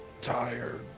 Tired